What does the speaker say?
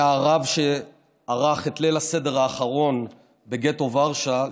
היה הרב שערך את ליל הסדר האחרון בגטו ורשה,